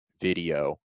video